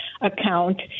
account